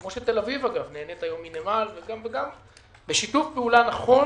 כפי שתל אביב נהנית מנמל בשיתוף פעולה נכון